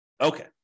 Okay